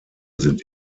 sind